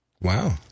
Wow